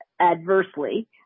adversely